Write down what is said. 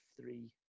three